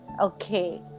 Okay